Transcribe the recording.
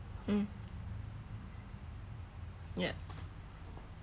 mm yup